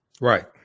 Right